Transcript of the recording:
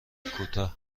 کوتاه